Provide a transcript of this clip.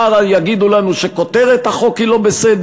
מחר יגידו לנו שכותרת החוק היא לא בסדר